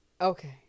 Okay